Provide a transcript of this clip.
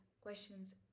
questions